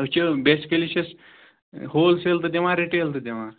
أسۍ چھِ بیسِکٔلی چھِ أسۍ ہول سیل تہٕ دِوان رِٹیل تہٕ دِوان